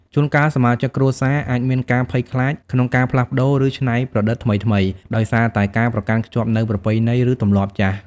ជួនកាល សមាជិកគ្រួសារអាចមានការភ័យខ្លាចក្នុងការផ្លាស់ប្តូរ ឬច្នៃប្រឌិតថ្មីៗ ដោយសារតែការប្រកាន់ខ្ជាប់នូវប្រពៃណី ឬទម្លាប់ចាស់។